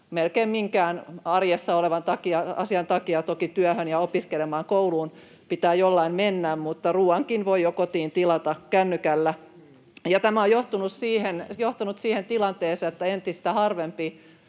melkein minkään arjessa olevan asian takia. Toki työhön ja kouluun opiskelemaan pitää jollain mennä, mutta ruuankin voi jo kotiin tilata kännykällä, ja tämä on johtanut siihen tilanteeseen, että entistä harvempi